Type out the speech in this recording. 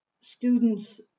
students